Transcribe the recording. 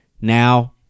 now